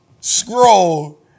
scroll